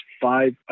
five